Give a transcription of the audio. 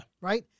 right